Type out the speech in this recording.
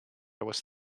was